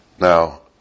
Now